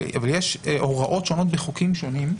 אבל יש הוראות שונות בחוקים שונים,